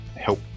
help